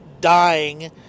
dying